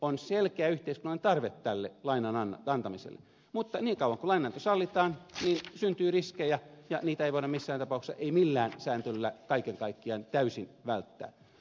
on selkeä yhteiskunnallinen tarve tälle lainan antamiselle mutta niin kauan kuin lainananto sallitaan syntyy riskejä ja niitä ei voida missään tapauksessa millään sääntelyllä kaiken kaikkiaan täysin välttää